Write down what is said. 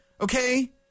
okay